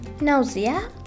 nausea